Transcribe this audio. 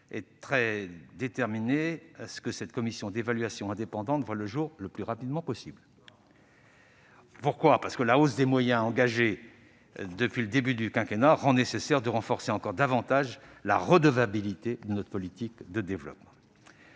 est déterminé à ce que cette commission d'évaluation indépendante voie le jour le plus rapidement possible. La hausse des moyens engagés depuis le début du quinquennat rend nécessaire de renforcer encore davantage ce que les instances internationales de développement